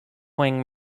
wing